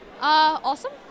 Awesome